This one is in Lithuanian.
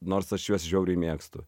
nors aš juos žiauriai mėgstu